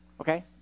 Okay